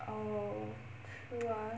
oh true ah